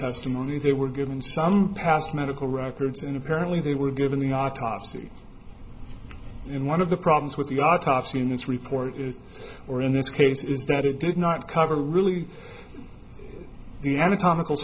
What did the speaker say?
testimony they were given some past medical records and apparently they were given the autopsy in one of the problems with the autopsy in this report is or in this case is that it did not cover really the anatomical